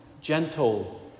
gentle